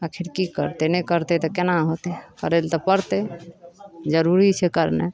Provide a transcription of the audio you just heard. आखिर की करतै नहि करतै तऽ केना होयतै करै लए तऽ पड़तै जरूरी छै करनाइ